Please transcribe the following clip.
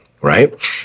right